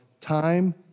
time